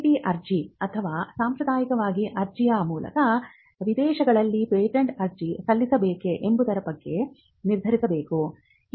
PCT ಅರ್ಜಿ ಅಥವಾ ಸಾಂಪ್ರದಾಯಿಕ ಅರ್ಜಿಯ ಮೂಲಕ ವಿದೇಶಗಳಲ್ಲಿ ಪೇಟೆಂಟ್ ಅರ್ಜಿ ಸಲ್ಲಿಸಬೇಕೇ ಎಂಬುದರ ಬಗ್ಗೆ ನಿರ್ಧರಿಸಬೇಕು